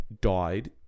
died